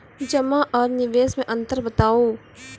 जमा आर निवेश मे अन्तर बताऊ?